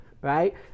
right